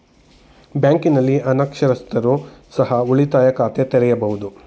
ಬ್ಯಾಂಕಿನಲ್ಲಿ ಅನಕ್ಷರಸ್ಥರು ಸಹ ಉಳಿತಾಯ ಖಾತೆ ತೆರೆಯಬಹುದು?